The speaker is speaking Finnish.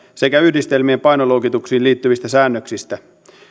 sekä yhdistelmien painoluokituksiin liittyvistä säännöksistä